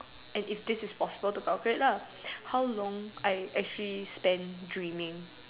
and if this is possible to calculate lah how long I actually spend dreaming